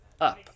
up